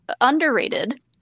underrated